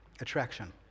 Attraction